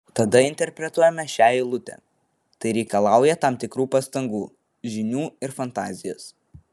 tada interpretuojame šią eilutę tai reikalauja tam tikrų pastangų žinių ir fantazijos